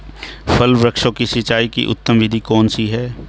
फल वृक्षों की सिंचाई की उत्तम विधि कौन सी है?